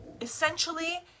essentially